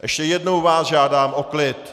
Ještě jednou vás žádám o klid.